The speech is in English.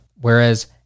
Whereas